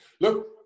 Look